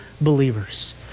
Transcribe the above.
believers